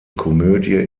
komödie